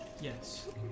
Yes